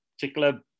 particular